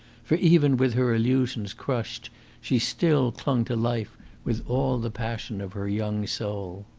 for even with her illusions crushed she still clung to life with all the passion of her young soul.